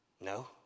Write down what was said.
No